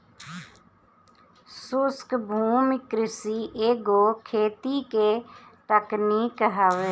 शुष्क भूमि कृषि एगो खेती के तकनीक हवे